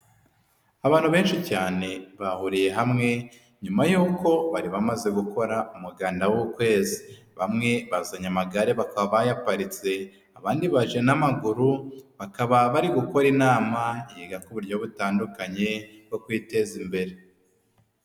Abantu benshi cyane bahuriye hamwe, nyuma y'uko bari bamaze gukora umuganda w'ukwezi. Bamwe bazanye amagare bakaba bayaparitse. Abandi baje n'amaguru, bakaba bari gukora inama yiga ku buryo butandukanye bwo kwiteza imbere.